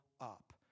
up